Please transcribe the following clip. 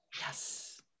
Yes